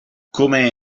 come